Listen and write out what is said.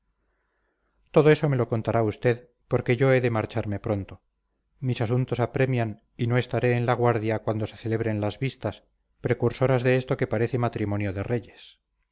todo eso me lo contará usted porque yo he de marcharme pronto mis asuntos apremian y no estaré en la guardia cuando se celebren las vistas precursoras de esto que parece matrimonio de reyes